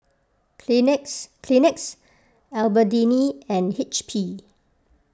Kleenex Kleenex Albertini and H P